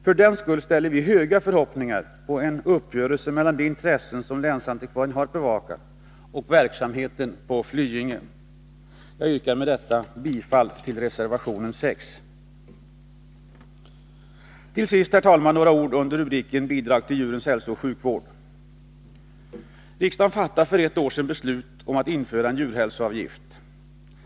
För den skull ställer vi stora förhoppningar på en uppgörelse som beaktar såväl de intressen som länsantikvarien har att bevaka som verksamheten på Flyinge. Jag yrkar med detta bifall till reservationen 6. Till sist, herr talman, några ord i anslutning till rubriken Bidrag till djurens hälsooch sjukvård. Riksdagen fattade för ett år sedan beslut om att införa en djurhälsoavgift.